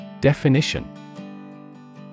Definition